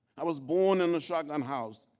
i was born in a shotgun house.